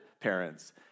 parents